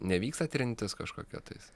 nevyksta trintis kažkokia tais